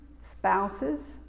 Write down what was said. spouses